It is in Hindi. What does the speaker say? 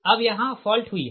अब यहाँ फॉल्ट हुई है